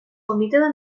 помітили